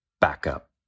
backup